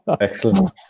excellent